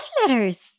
letters